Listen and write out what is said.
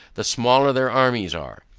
the smaller their armies are.